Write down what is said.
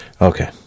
Okay